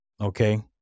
Okay